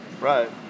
right